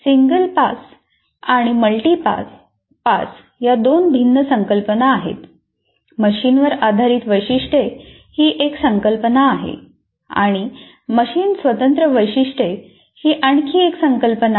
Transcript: single pass आणि multi pass या दोन भिन्न संकल्पना आहेत मशीनवर आधारित वैशिष्ट्ये ही एक संकल्पना आहे आणि मशीन स्वतंत्र वैशिष्ट्ये ही आणखी एक संकल्पना आहे